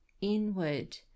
inward